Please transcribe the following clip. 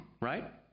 right